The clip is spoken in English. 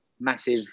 Massive